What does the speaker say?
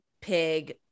pig